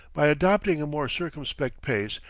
by adopting a more circumspect pace,